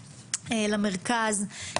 למרכז,